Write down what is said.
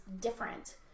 different